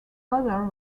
other